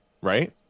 Right